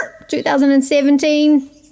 2017